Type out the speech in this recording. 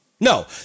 No